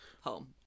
home